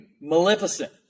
Maleficent